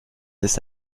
ist